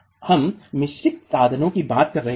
हम मिश्रित साधन की बात कर रहे थे